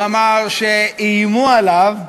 הוא אמר שאיימו עליו,